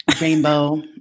rainbow